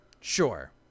Sure